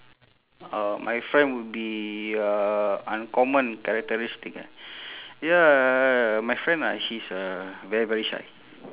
oh my friend would be uh uncommon characteristic eh ya my friend ah he's uh very very shy